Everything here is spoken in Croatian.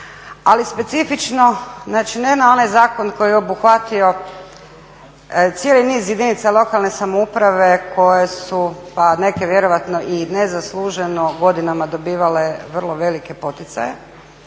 Ali specifično znači ne na onaj zakon koji je obuhvatio cijeli niz jedinica lokalne samouprave koje su pa neke vjerojatno i nezasluženo godinama dobivale vrlo velike poticaje